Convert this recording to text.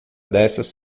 dessas